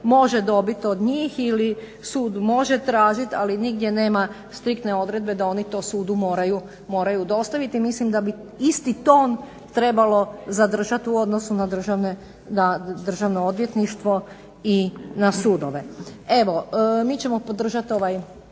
može dobiti od njih ili sud može tražiti, ali nigdje nema striktne odredbe da oni to sudu moraju dostaviti. I mislim da bi isti ton trebalo zadržati u odnosu na Državno odvjetništvo i na sudove. Evo, mi ćemo podržati ovaj